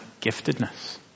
giftedness